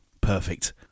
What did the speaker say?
Perfect